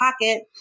pocket